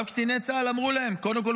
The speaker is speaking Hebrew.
קציני צה"ל אמרו להם: קודם כול,